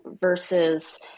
versus